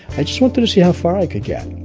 i just wanted to see how far i could get.